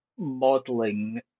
modeling